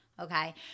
okay